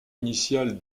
initiale